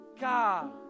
God